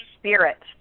spirit